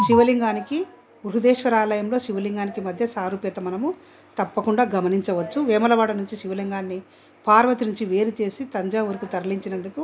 శివలింగానికి బృహదేశ్వర ఆలయంలో శివలింగానికి మధ్య సారుపేత మనము తప్పకుండా గమనించవచ్చు వేములవాడ నుంచి శివలింగాన్ని పార్వతి నుంచి వేరుచేసి తంజావూరుకు తరలించినందుకు